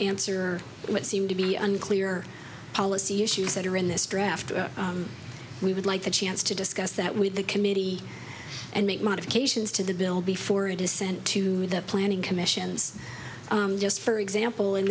answer what seemed to be unclear policy issues that are in this draft we would like a chance to discuss that with the committee and make modifications to the bill before it is sent to the planning commission and just for example in